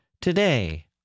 today